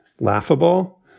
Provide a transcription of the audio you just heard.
laughable